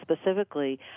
specifically